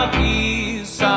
peace